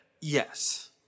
Yes